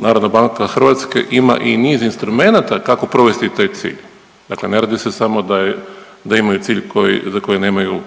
Narodna banka Hrvatske ima i niz instrumenata kako provesti taj cilj, dakle ne radi se samo da je, da imaju cilj koji, za koji nemaju